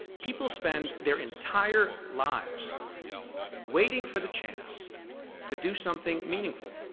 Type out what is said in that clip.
people spend their entire lives waiting for the chance to do something meaningful,